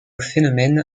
phénomène